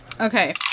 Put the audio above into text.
okay